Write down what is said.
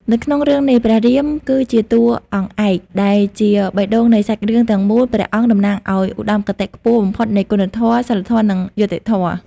នៅក្នុងរឿងនេះ ព្រះរាម គឺជាតួអង្គឯក និងជាបេះដូងនៃសាច់រឿងទាំងមូលព្រះអង្គតំណាងឲ្យឧត្ដមគតិខ្ពស់បំផុតនៃគុណធម៌ សីលធម៌ និងយុត្តិធម៌ ។